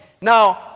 Now